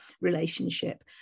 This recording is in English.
relationship